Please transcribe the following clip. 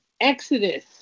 Exodus